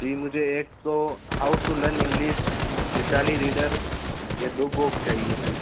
جی مجھے ایک how to learn English مثالی ریڈر یہ دو بک چاہیے تھی